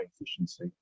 efficiency